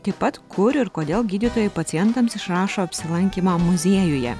taip pat kur ir kodėl gydytojai pacientams išrašo apsilankymą muziejuje